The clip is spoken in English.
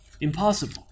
Impossible